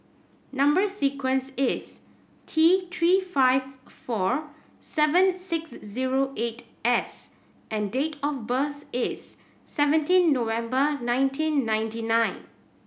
number sequence is T Three five four seven six zero eight S and date of birth is seventeen November nineteen ninety nine